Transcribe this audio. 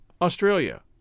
Australia